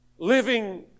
living